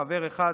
חבר אחד,